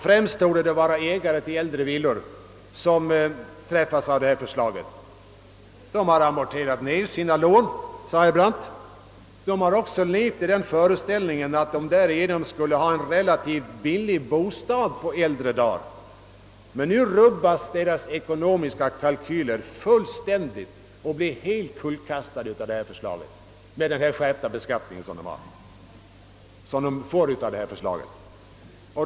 Främst torde det vara ägare till äldre villor som träffas av förslaget. De har amorterat ned sina lån, sade herr Brandt. Ja, de har dessutom levt i föreställningen att de därigenom skulle ha en relativt billig bostad på äldre dagar. Nu kullkastas deras ekonomiska kalkyler helt av den skärpta beskattning som propositionen innebär.